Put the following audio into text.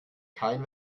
kein